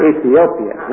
Ethiopia